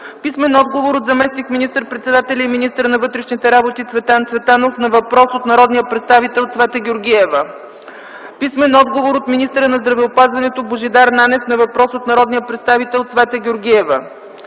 Писмен отговор от заместник министър-председателя и министър на вътрешните работи Цветан Цветанов на въпрос от народния представител Цвета Георгиева. Писмен отговор от министъра на здравеопазването Божидар Нанев на въпрос от народния представител Цвета Георгиева.